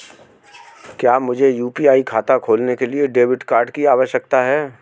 क्या मुझे यू.पी.आई खाता खोलने के लिए डेबिट कार्ड की आवश्यकता है?